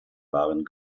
waren